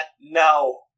no